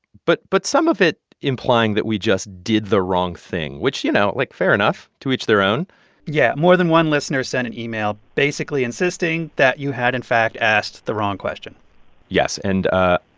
but but some of it implying that we just did the wrong thing, which, you know, like, fair enough. to each their own yeah. more than one listener sent an email basically insisting that you had, in fact, asked the wrong question yes. and. i